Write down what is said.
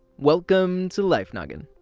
welcome to life noggin!